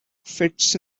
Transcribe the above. fits